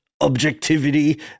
objectivity